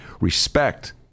respect